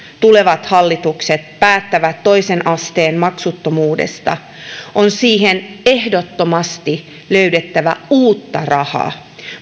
tulevat hallitukset päättävät toisen asteen maksuttomuudesta on siihen ehdottomasti löydettävä uutta rahaa